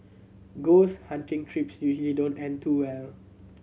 ghost hunting trips usually don't end too well